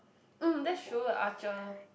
um that's true a archer